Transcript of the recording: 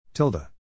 Tilda